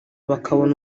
bakabona